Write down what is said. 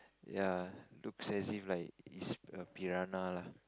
ya looks as if like it's a piranha lah